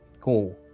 cool